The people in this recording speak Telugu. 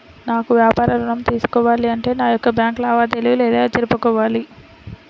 నాకు వ్యాపారం ఋణం తీసుకోవాలి అంటే నా యొక్క బ్యాంకు లావాదేవీలు ఎలా జరుపుకోవాలి?